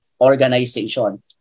organization